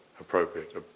appropriate